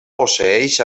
posseeix